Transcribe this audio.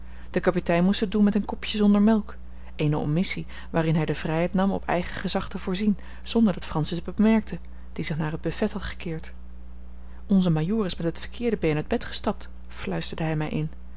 de kapitein moest het doen met een kopje zonder melk eene omissie waarin hij de vrijheid nam op eigen gezag te voorzien zonder dat francis het bemerkte die zich naar het buffet had gekeerd onze majoor is met het verkeerde been uit bed gestapt fluisterde hij mij in